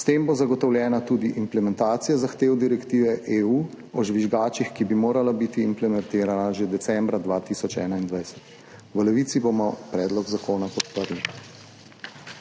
S tem bo zagotovljena tudi implementacija zahtev direktive EU o žvižgačih, ki bi morala biti implementirana že decembra 2021. V Levici bomo predlog zakona podprli.